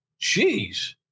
jeez